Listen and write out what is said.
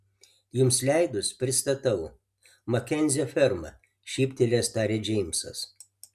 jums leidus pristatau makenzio ferma šyptelėjęs tarė džeimsas